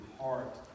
heart